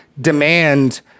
demand